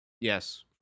Yes